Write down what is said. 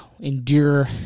endure